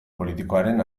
politikoaren